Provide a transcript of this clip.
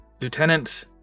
lieutenant